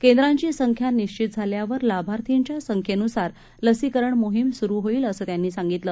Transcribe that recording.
केंद्रांचीसंख्यानिश्वितझाल्यावरलाभार्थींच्यासंख्येनुसारलसीकरणमोहीमसुरुहोईल असंत्यांनीसांगितलं